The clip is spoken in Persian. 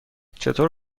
چطور